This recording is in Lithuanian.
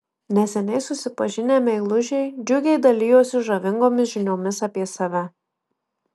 neseniai susipažinę meilužiai džiugiai dalijosi žavingomis žiniomis apie save